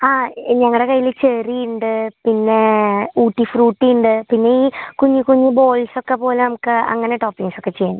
ആ ഞങ്ങളുടെ കൈയ്യിൽ ചെറി ഉണ്ട് പിന്നെ ഊട്ടി ഫ്രൂട്ടി ഉണ്ട് പിന്നെ ഈ കുഞ്ഞ് കുഞ്ഞ് ബോൾസ് ഒക്കെ പോലെ നമുക്ക് അങ്ങനെ ടോപ്പേഴ്സ് ഒക്കെ ചെയ്യാം